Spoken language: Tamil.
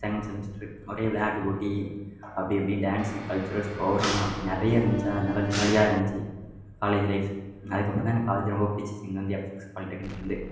செகண்ட் செமஸ்ட்ரு ஒரே விளையாட்டு போட்டி அப்படி இப்படின்னு டான்ஸ்ஸு கல்ச்சுரல்ஸ் ப்ரோக்ராமு அப்படி நிறையா இருந்துச்சா அதனால் ஜாலியாக இருந்துச்சி காலேஜ் லைஃப்பு அதுக்கப்புறந்தான் எனக்கு காலேஜை ரொம்ப பிடிச்சிச்சி இங்கே வந்து எஃப்எக்ஸ் பாலிடெக்னிக் வந்து